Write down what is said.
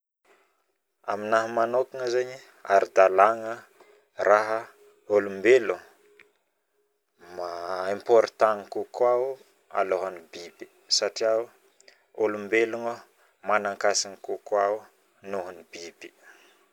Aminahy manokagna aradalagna raha olombelogna important kikoa alohan biby satria Olombelogno manakasigny kokoa nohol biby